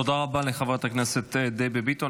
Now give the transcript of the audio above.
תודה רבה לחברת הכנסת דבי ביטון.